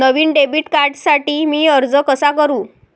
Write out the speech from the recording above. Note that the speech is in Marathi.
नवीन डेबिट कार्डसाठी मी अर्ज कसा करू?